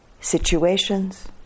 situations